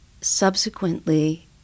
subsequently